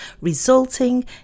resulting